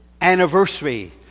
anniversary